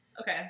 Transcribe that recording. Okay